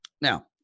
Now